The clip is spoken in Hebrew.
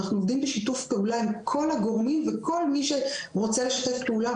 אנחנו עובדים בשיתוף פעולה עם כל הגורמים וכל מי שרוצה לשתף פעולה,